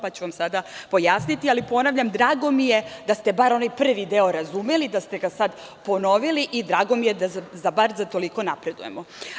Ja ću vam sad pojasniti, ali ponavljam, drago mi je da ste bar onaj prvi deo razumeli, da ste ga sad ponovili i drago mi je da bar za toliko napredujemo.